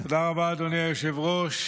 תודה רבה, אדוני היושב-ראש.